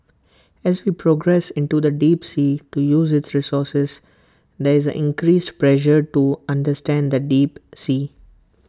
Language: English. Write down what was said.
as we progress into the deep sea to use its resources there is increased pressure to understand the deep sea